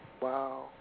Wow